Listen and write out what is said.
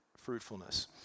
fruitfulness